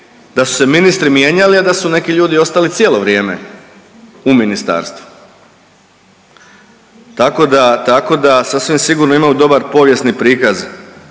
da su se ministri mijenjali, a da su neki ljudi ostali cijelo vrijeme u ministarstvu, tako da, tako da sasvim sigurno imamo dobar povijesni prikaz